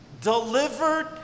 delivered